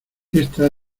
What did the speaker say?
esta